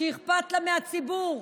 שאכפת לה מהציבור,